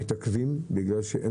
מתעכבים בגלל שאין